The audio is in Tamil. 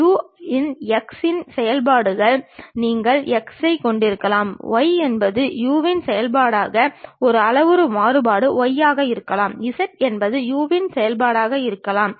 U இன் x இன் செயல்பாடாக நீங்கள் x ஐ கொண்டிருக்கலாம் y என்பது u இன் செயல்பாடாக ஒரு அளவுரு மாறுபாடு y ஆக இருக்கலாம் z என்பது u இன் செயல்பாடாக இருக்கலாம்